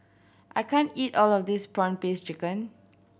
I can't eat all of this prawn paste chicken